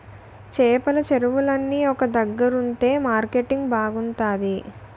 చేపల చెరువులన్నీ ఒక దగ్గరుంతె మార్కెటింగ్ బాగుంతాది